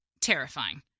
terrifying